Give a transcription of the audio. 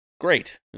Great